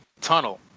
tunnel